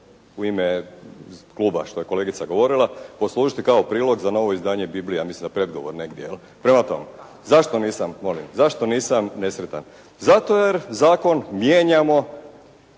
u ime kluba što je kolegica govorila poslužiti kao prilog za novo izdanje Biblije, ja mislim za predgovor negdje jel'. … /Upadica: Hvala./ … Prema tome zašto nisam, molim, zašto nisam nesretan? Zato jer zakon mijenjamo